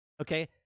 okay